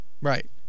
Right